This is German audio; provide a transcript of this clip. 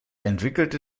entwickelte